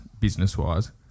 business-wise